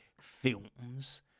films